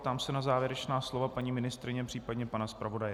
Ptám se na závěrečná slova paní ministryně, případně pana zpravodaje.